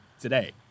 today